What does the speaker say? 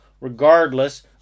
regardless